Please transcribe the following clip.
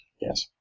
Yes